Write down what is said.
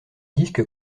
disque